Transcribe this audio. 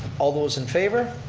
all those in favor.